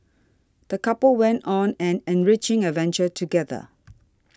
the couple went on an enriching adventure together